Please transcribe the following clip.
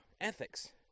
ethics